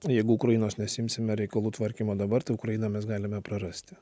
jeigu ukrainos nesiimsime reikalų tvarkymo dabar tai ukrainą mes galime prarasti